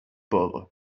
pauvres